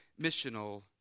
missional